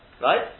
right